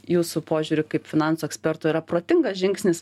jūsų požiūriu kaip finansų ekspertų yra protingas žingsnis